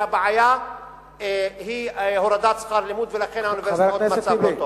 שהבעיה היא הורדת שכר לימוד ולכן האוניברסיטאות במצב לא טוב.